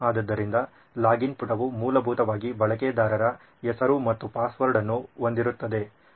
ಆದ್ದರಿಂದ ಲಾಗಿನ್ ಪುಟವು ಮೂಲಭೂತವಾಗಿ ಬಳಕೆದಾರರ ಹೆಸರು ಮತ್ತು ಪಾಸ್ವರ್ಡ್ ಅನ್ನು ಹೊಂದಿರುತ್ತದೆ ಮತ್ತು ನಂತರ ಓಕೆ ಬಟನ್ ಇರಬಹುದು